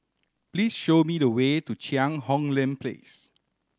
please show me the way to Cheang Hong Lim Place